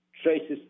traces